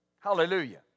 Hallelujah